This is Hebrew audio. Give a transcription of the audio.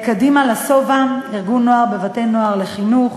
"קדימה לשובע" ארגון נוער בבתי-נוער לחינוך,